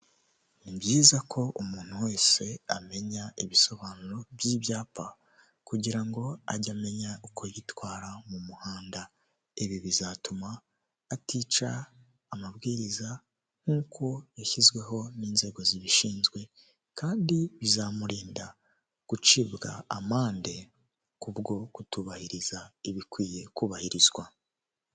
Ni byiza ko umuntu wese amenya ibisobanuro by'ibyapa kugira ngo ajye amenya uko yitwara mu muhanda, ibi bizatuma atica amabwiriza nk'uko yashyizweho n'inzego zibishinzwe kandi bizamurinda gucibwa amande kubwo kutubahiriza ibikwiye kubahirizwa.